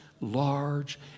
large